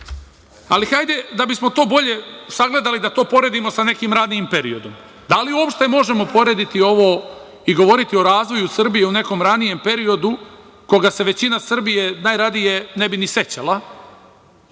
da bismo to bolje sagledali, hajde da to poredimo sa nekim ranijim periodom. Da li uopšte možemo porediti ovo i govoriti o razvoju Srbije u nekom ranijem periodu koga se većina Srbije najradije ne bi ni sećala?